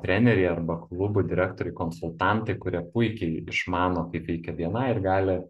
treneriai arba klubų direktoriai konsultantai kurie puikiai išmano kaip veikia bni ir gali